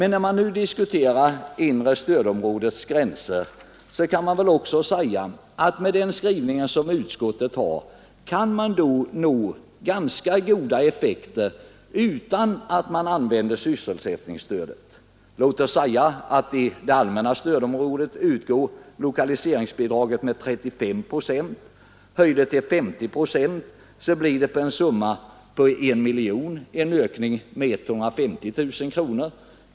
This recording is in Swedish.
När man nu diskuterar inre stödområdets gränser kan man väl påstå att det enligt utskottets skrivning är möjligt att där nå ganska höga effekter utan sysselsättningsstöd. Låt oss säga att det i det allmänna stödområdet utgår lokaliseringsbidrag med 35 procent. Höj det till 50 procent. Då blir det på en summa av 1 miljon en ökning med 150 000 kronor.